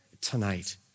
tonight